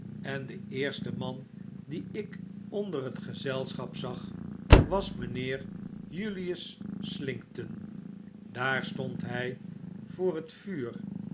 en de eerste man dien ik onder het gezelschap zag was mynheer julius slinkton daar stond'hy voor het vuur